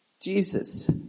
Jesus